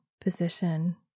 position